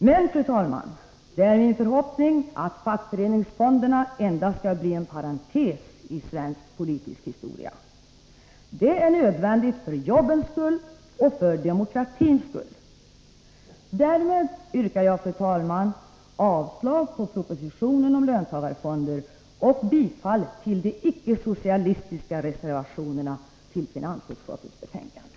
Det är emellertid min förhoppning, att fackföreningsfonderna endast skall bli en parentes i svensk politisk historia. Det är nödvändigt för jobbens och för demokratins skull. Därmed yrkar jag, fru talman, avslag på propositionen om löntagarfonder och bifall till de ickesocialistiska reservationerna i finansutskottets betänkande.